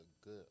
good